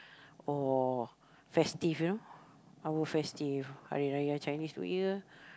or festive you know our festive Hari-Raya Chinese New Year